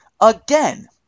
again